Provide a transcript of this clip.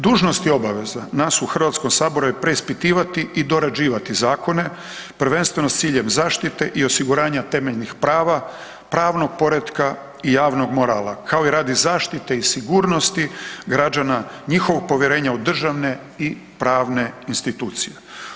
Dužnosti i obveza nas u HS-u je preispitivati i dorađivati zakone, prvenstveno s ciljem zaštite i osiguranja temeljnih prava, pravnog poretka i javnog morala, kao i radi zaštite i sigurnosti građana, njihovog povjerenja u državne i pravne institucije.